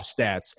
stats